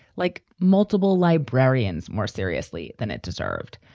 like multiple librarians, more seriously than it deserved.